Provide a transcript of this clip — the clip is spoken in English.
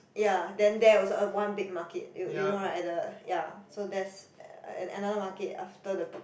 ya then there also one big market you you know right at the ya so there's another market after the bridge